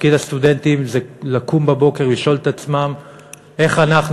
תפקיד הסטודנטים זה לקום בבוקר ולשאול את עצמם איך אנחנו